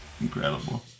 Incredible